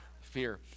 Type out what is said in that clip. fear